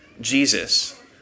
Jesus